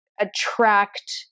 attract